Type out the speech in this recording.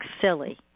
silly